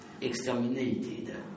exterminated